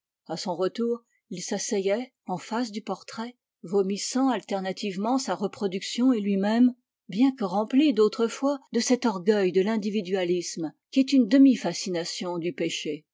a son retour il s'asseyait en face du portrait vomissant alternativement sa reproduction et lui-même bien que rempli d'autres fois de cet orgueil de l'individualisme qui est une demi fascination du péché